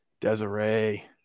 Desiree